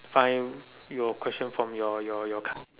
find your question from your your your card